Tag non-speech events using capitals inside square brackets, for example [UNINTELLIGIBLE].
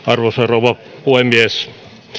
[UNINTELLIGIBLE] arvoisa rouva puhemies